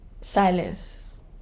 silence